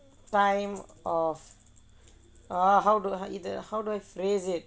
time of err how to I how do I phrase it